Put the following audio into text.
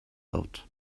lot